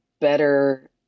better